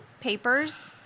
papers